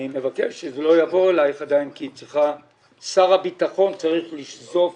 אני מבקש שזה לא יבוא אליך עדיין כי שר הביטחון צריך לבדוק